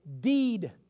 deed